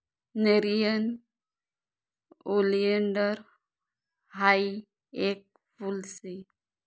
nerium oleander हायी येक फुल शे